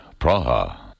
Praha